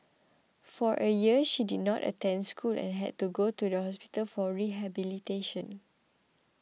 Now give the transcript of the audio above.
for a year she did not attend school and had to go to the hospital for rehabilitation